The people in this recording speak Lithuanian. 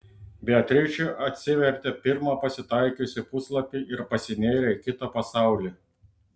beatričė atsivertė pirmą pasitaikiusį puslapį ir pasinėrė į kitą pasaulį